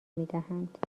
میدهند